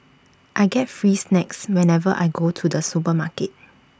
I get free snacks whenever I go to the supermarket